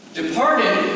departed